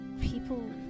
people